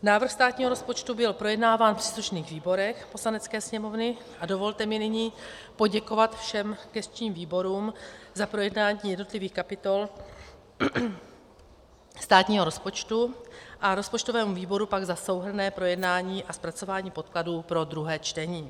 Návrh státního rozpočtu byl projednáván v příslušných výborech Poslanecké sněmovny a dovolte mi nyní poděkovat všem gesčním výborům za projednání jednotlivých kapitol státního rozpočtu a rozpočtovému výboru pak za souhrnné projednání a zpracování podkladů pro druhé čtení.